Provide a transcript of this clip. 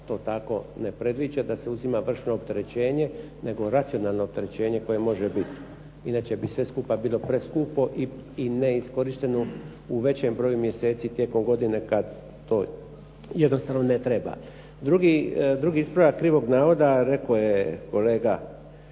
to tako ne predviđa da se uzima vršno opterećenje, nego racionalno opterećenje koje može biti. Inače bi sve skupa bilo preskupo i neiskorišteno u većem broju mjeseci tijekom godine kad to jednostavno ne treba. Drugi ispravak krivog navoda, rekao je kolega